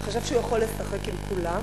חשב שהוא יכול לשחק עם כולם.